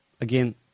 again